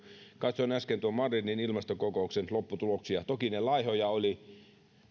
katsoin äsken tuon madridin ilmastokokouksen lopputuloksia toki ne olivat laihoja